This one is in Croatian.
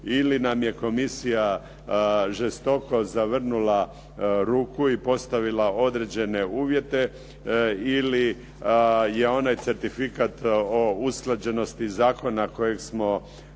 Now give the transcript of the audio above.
Ili nam je Komisija žestoko zavrnula ruku i postavila određene uvjete ili je onaj certifikat o usklađenosti zakona kojeg smo